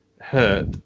hurt